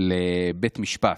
לבית משפט,